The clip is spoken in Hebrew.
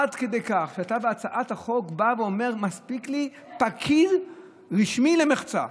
עד כדי כך שאתה בהצעת החוק בא ואומר: מספיק לי פקיד רשמי למחצה?